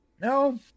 No